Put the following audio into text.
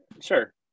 Sure